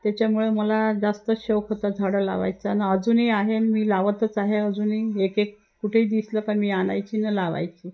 त्याच्यामुळे मला जास्त शौक होता झाडं लावायचा आणि अजूनही आहे मी लावतच आहे अजूनही एक एक कुठेही दिसलं का मी आणायची आणि लावायची